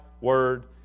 word